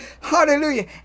Hallelujah